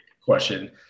question